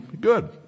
good